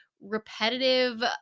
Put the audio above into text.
repetitive